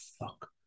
fuck